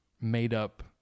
made-up